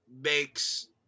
makes